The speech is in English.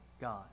God